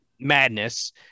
madness